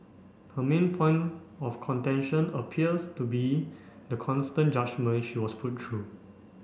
her main point of contention appears to be the constant judgement she was put through